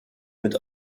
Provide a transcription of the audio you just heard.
mit